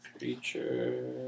Creature